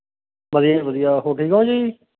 ਵਧੀਆ ਜੀ ਵਧੀਆ ਹੋਰ ਠੀਕ ਹੋ ਜੀ